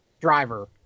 driver